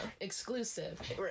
exclusive